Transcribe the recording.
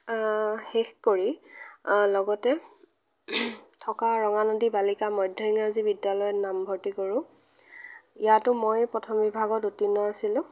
শেষ কৰি লগতে থকা ৰঙানদী বালিকা মধ্য ইংৰাজী বিদ্যালয়ত নামভৰ্তি কৰোঁ ইয়াতো ময়েই প্ৰথম বিভাগত উত্তীৰ্ণ আছিলোঁ